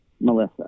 Melissa